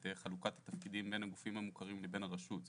חלוקת התפקידים בין הגופים המוכרים לבין הרשות.